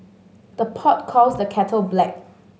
the pot calls the kettle black